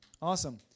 Awesome